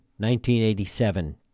1987